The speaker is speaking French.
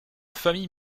famille